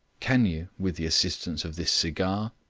can you, with the assistance of this cigar,